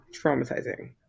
traumatizing